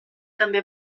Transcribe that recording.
també